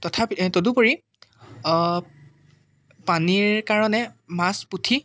তথাপি তদুপৰি পানীৰ কাৰণে মাছ পুঠি